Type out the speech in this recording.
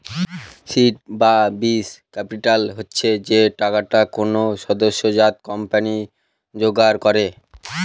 seed বা বীজ capital হচ্ছে যে টাকাটা কোনো সদ্যোজাত কোম্পানি জোগাড় করে